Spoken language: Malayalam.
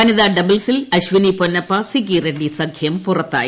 വനിതാ ഡബിൾസിൽ അശ്വിനിപൊന്നപ്പ സിക്കി റെഡ്ഡി സഖ്യം പുറത്തായി